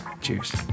Cheers